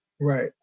Right